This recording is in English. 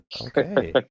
Okay